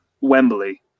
Wembley